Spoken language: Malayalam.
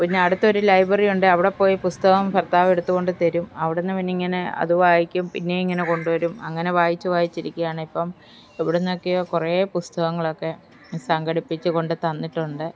പിന്നെ അടുത്തൊരു ലൈബ്രറി ഉണ്ട് അവിടെ പോയി പുസ്തകം ഭർത്താവ് എടുത്തു കൊണ്ടു തരും അവിടുന്ന് പിന്നെ ഇങ്ങനെ അതു വായിക്കും പിന്നെ ഇങ്ങനെ കൊണ്ടു വരും അങ്ങനെ വായിച്ച് വായിച്ച് ഇരിക്കുകയാണ് ഇപ്പം എവിടുന്നൊക്കെയോ കുറേ പുസ്തകങ്ങളൊക്കെ സംഘടിപ്പിച്ച് കൊണ്ട് തന്നിട്ടുണ്ട്